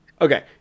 Okay